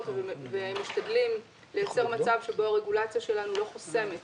ומשתדלים לייצר מצב שבו הרגולציה שלנו לא חוסמת